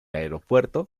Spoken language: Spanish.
aeropuerto